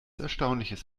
erstaunliches